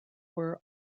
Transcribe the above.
were